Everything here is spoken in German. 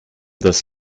das